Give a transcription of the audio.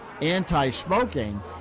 anti-smoking